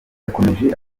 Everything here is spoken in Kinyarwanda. yakomeje